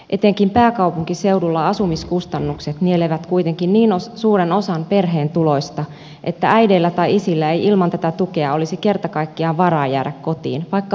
etenkin pääkaupunkiseudulla asumiskustannukset nielevät kuitenkin niin suuren osan perheen tuloista että äideillä tai isillä ei ilman tätä tukea olisi kerta kaikkiaan varaa jäädä kotiin vaikka haluaisivatkin